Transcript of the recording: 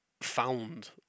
found